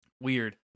Weird